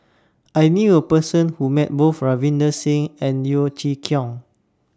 I knew A Person Who Met Both Ravinder Singh and Yeo Chee Kiong